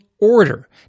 order